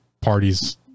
parties